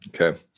Okay